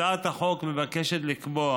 הצעת החוק מבקשת לקבוע